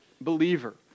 believer